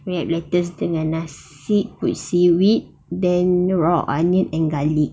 like lettuce dengan nasi put seaweed then raw onion and garlic